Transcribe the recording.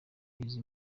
izi